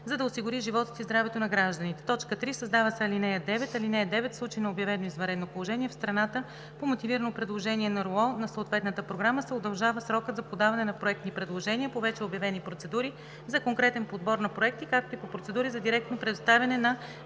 за да се осигури животът и здравето на гражданите.“ 3. Създава се ал. 9: „(9) В случай на обявено извънредно положение в страната, по мотивирано предложение на РУО на съответната програма се удължава срокът за подаване на проектни предложения по вече обявени процедури за конкурентен подбор на проекти, както и по процедури за директно предоставяне на